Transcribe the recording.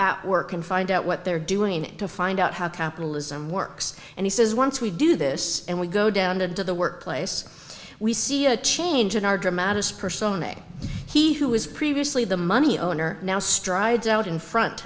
at work and find out what they're doing to find out how capitalism works and he says once we do this and we go down to the work place we see a change in our dramatics personae he who was previously the money owner now strides out in front